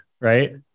right